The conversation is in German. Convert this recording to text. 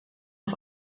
auf